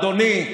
אדוני,